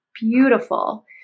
beautiful